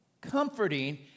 comforting